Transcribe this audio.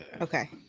okay